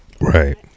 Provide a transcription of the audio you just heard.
right